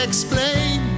Explain